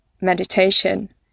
meditation